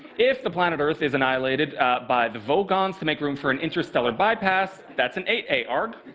if the planet earth is annihilated by the vogons to make room for an interstellar bypass, that's an eight a